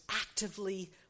actively